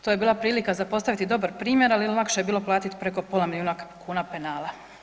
To je bila prilika za postaviti dobar primjer, ali lakše je bilo platit preko pola milijuna kuna penala.